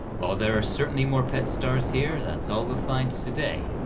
while there are certainly more pet stars here, that's all we find today.